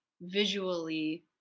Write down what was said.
visually